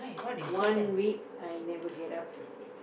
one week I never get up